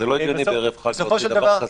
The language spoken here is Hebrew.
זה לא הגיוני להוציא בערב חג דבר כזה.